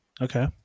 Okay